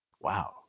Wow